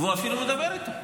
והוא אפילו לא מדבר איתו.